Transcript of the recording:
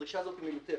הדרישה הזאת מיותרת.